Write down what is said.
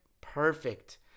perfect